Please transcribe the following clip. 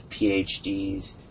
PhDs